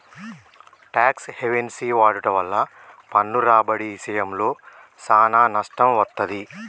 talks హెవెన్సి వాడుట వల్ల పన్ను రాబడి ఇశయంలో సానా నష్టం వత్తది